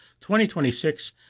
2026